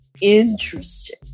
interesting